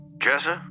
Jessa